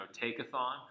take-a-thon-